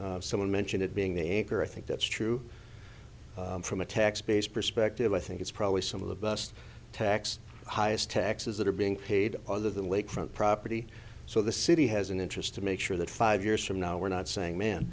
holland someone mentioned it being the acre i think that's true from a tax base perspective i think it's probably some of the bust tax highest taxes that are being paid other than lakefront property so the city has an interest to make sure that five years from now we're not saying man